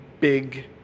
big